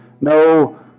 no